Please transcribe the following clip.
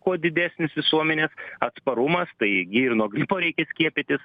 kuo didesnis visuomenė atsparumas taigi ir nuo gripo reikia skiepytis